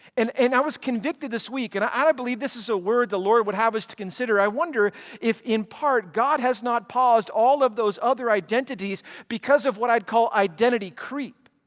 and and i was convicted this week and i i believe this is a word the lord would have us to consider. i wonder if in part god has not paused all of those other identities because of what i'd call identity creep.